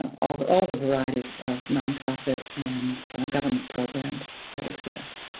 um all the all the variety of of nonprofit and government programs that exist.